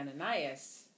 Ananias